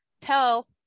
tell